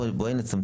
בואי, בואי נצמצם.